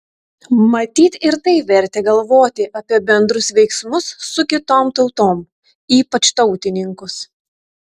matyt ir tai vertė galvoti apie bendrus veiksmus su kitom tautom ypač tautininkus